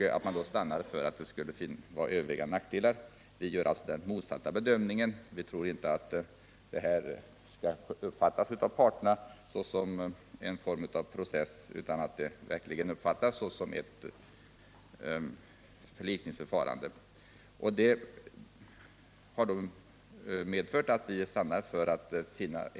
Regeringen har stannat för att den skulle ha övervägande nackdelar. Utskottet gör alltså den motsatta bedömningen. Vi tror inte att det här av parterna kommer att uppfattas som en form av process utan att det kommer att uppfattas som eti förlikningsförfarande.